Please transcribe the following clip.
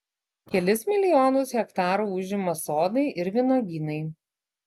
kelis milijonus hektarų užima sodai ir vynuogynai